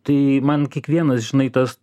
tai man kiekvienas žinai tas